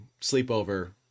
sleepover